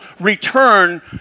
return